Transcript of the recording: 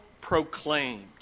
proclaimed